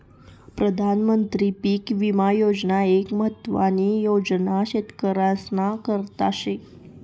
प्रधानमंत्री पीक विमा योजना एक महत्वानी योजना शेतकरीस्ना करता शे